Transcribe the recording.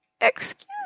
excuse